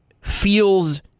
feels